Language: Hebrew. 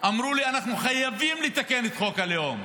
והם אמרו לי: אנחנו חייבים לתקן את חוק הלאום,